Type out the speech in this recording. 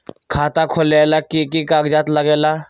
खाता खोलेला कि कि कागज़ात लगेला?